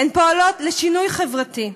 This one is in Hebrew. הן פועלות לשינוי חברתי,